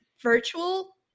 virtual